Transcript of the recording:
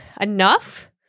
enough